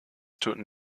töten